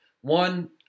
One